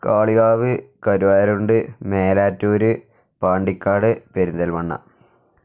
Kalikavu Karuvarakundu Melattur Pandikkad Perinthalmanna